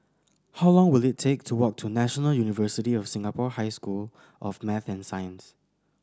how long will it take to walk to National University of Singapore High School of Math and Science